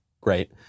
great